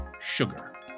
sugar